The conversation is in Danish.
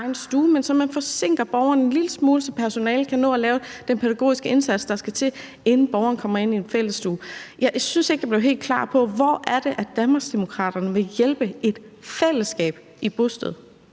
men at man forsinker borgeren en lille smule, så personalet kan nå at lave den pædagogiske indsats, der skal til, inden borgeren kommer ind i den fælles stue. Jeg synes ikke, jeg blev helt klar på, hvor det er, Danmarksdemokraterne vil hjælpe et fællesskab på et bosted.